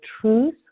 truth